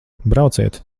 brauciet